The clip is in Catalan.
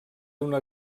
una